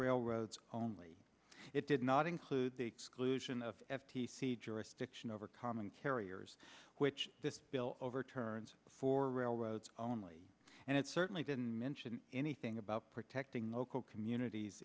railroads only it did not include the exclusion of f t c jurisdiction over common carriers which this bill overturns for railroads only and it certainly didn't mention anything about protecting local communities